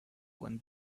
when